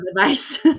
advice